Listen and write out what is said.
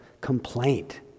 complaint